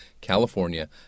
California